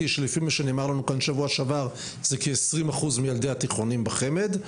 שלפי מה שנאמר לנו כאן בשבוע שעבר זה 20% מילדי התיכונים בחמ"ד,